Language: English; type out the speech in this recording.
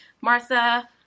Martha